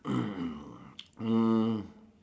um